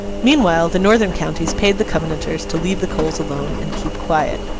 meanwhile the northern counties paid the covenanters to leave the coals alone, and keep quiet.